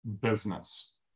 business